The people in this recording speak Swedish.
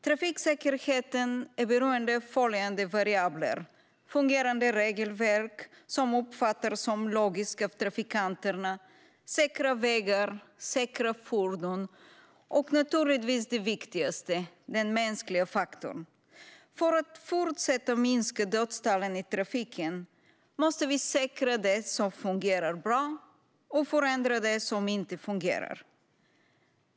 Trafiksäkerheten är beroende av ett fungerande regelverk som uppfattas som logiskt av trafikanterna, säkra vägar, säkra fordon och naturligtvis det viktigaste: den mänskliga faktorn. För att fortsätta att minska dödstalen i trafiken måste vi säkra det som fungerar bra och förändra det som inte fungerar.